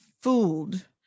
fooled